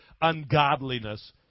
ungodliness